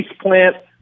plant